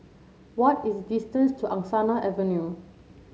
what is the distance to Angsana Avenue